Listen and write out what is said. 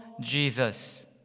Jesus